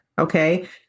okay